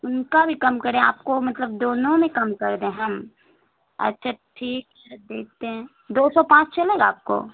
ان کا بھی کم کریں آپ کو مطلب دونوں میں کم کر دیں ہم اچھا ٹھیک ہے دیکھتے ہیں دو سو پانچ چلے گا آپ کو